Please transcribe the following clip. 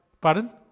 pardon